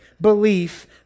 belief